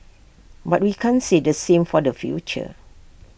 but we can't say the same for the future